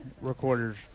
recorders